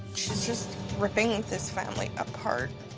she's just ripping this family apart.